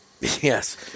Yes